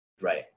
Right